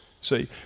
See